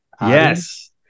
Yes